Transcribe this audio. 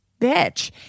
bitch